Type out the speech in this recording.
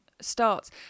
starts